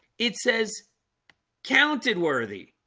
it says counted worthy